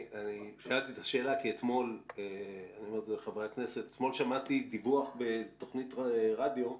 שאלתי את השאלה כי אתמול שמעתי דיווח בתוכנית רדיו,